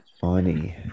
funny